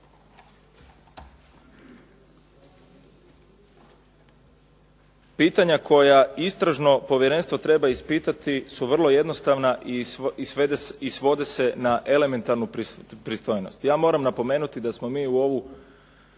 Pitanja koja Istražno povjerenstvo treba ispitati su vrlo jednostavna i svode se na elementarnu pristojnost. Ja moram napomenuti da smo mi u ovu